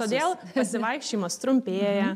todėl pasivaikščiojimas trumpėja